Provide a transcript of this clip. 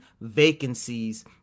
vacancies